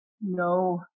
no